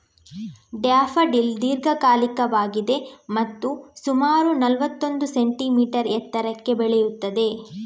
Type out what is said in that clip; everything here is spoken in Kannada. ಡ್ಯಾಫಡಿಲ್ ದೀರ್ಘಕಾಲಿಕವಾಗಿದೆ ಮತ್ತು ಸುಮಾರು ನಲ್ವತ್ತೊಂದು ಸೆಂಟಿಮೀಟರ್ ಎತ್ತರಕ್ಕೆ ಬೆಳೆಯುತ್ತದೆ